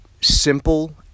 simple